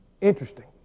Interesting